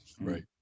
Right